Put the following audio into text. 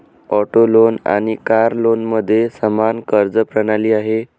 auto loan आणि car लोनमध्ये समान कर्ज प्रणाली आहे